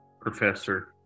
professor